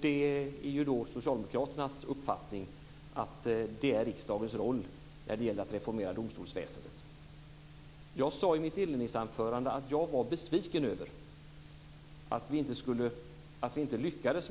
Det är Socialdemokraternas uppfattning att det är riksdagens roll när det gäller att reformera domstolsväsendet. Jag sade i mitt inledningsanförande att jag var besviken över att vi inte lyckades